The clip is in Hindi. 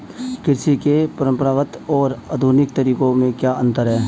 कृषि के परंपरागत और आधुनिक तरीकों में क्या अंतर है?